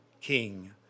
king